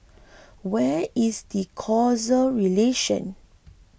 where is the causal relationship